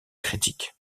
critique